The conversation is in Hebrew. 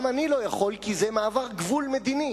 גם אני לא יכול, כי זה מעבר גבול מדיני.